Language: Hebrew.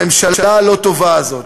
הממשלה הלא-טובה הזאת,